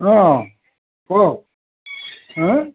অঁ কওক হাঁ